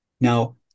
Now